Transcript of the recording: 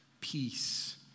peace